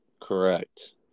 Correct